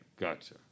gotcha